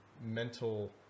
mental